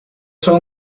son